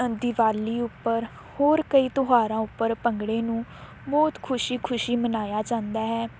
ਦਿਵਾਲੀ ਉੱਪਰ ਹੋਰ ਕਈ ਤਿਉਹਾਰਾਂ ਉੱਪਰ ਭੰਗੜੇ ਨੂੰ ਬਹੁਤ ਖੁਸ਼ੀ ਖੁਸ਼ੀ ਮਨਾਇਆ ਜਾਂਦਾ ਹੈ